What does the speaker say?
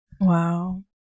Wow